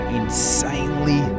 insanely